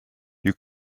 you